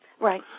right